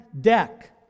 deck